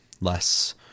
less